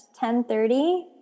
10.30